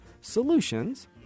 solutions